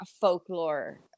folklore